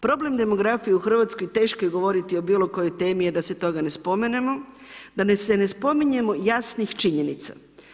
Problem demografije u Hrvatskoj teško je govoriti o bilo kojoj temi, a da se toga ne spomenemo, da se ne spominjemo jasnih činjenica.